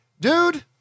dude